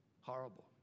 Horrible